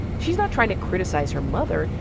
she's not trying to criticize her mother.